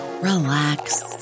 relax